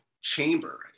chamber